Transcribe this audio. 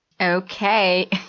Okay